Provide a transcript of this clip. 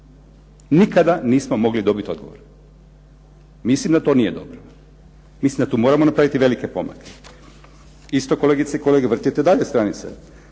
Nikada nismo mogli dobiti odgovor. Mislim da to nije dobro. Mislim da tu moramo napraviti velike pomake. Isto kolegice i kolege vrtite dalje stranice.